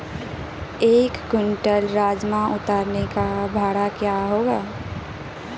एक क्विंटल राजमा उतारने का भाड़ा क्या होगा?